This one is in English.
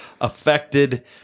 affected